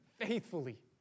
faithfully